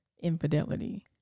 infidelity